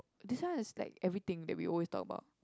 this one has like everything that we always talk about